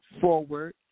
forward